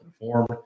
informed